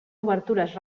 obertures